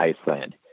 Iceland